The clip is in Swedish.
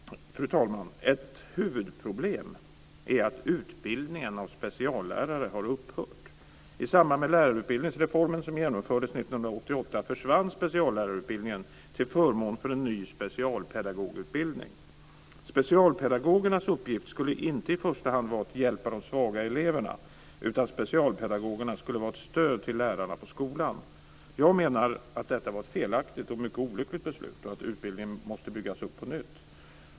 Fru talman! Ett huvudproblem är att utbildningen av speciallärare har upphört. I samband med lärarutbildningsreformen som genomfördes 1988 försvann speciallärarutbildningen till förmån för en ny specialpedagogutbildning. Specialpedagogernas uppgift skulle inte i första hand vara att hjälpa de svaga eleverna, utan de skulle vara ett stöd till lärarna på skolan. Jag menar att detta var ett felaktigt och mycket olyckligt beslut, och att utbildningen måste byggas upp på nytt.